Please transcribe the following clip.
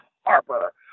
Harper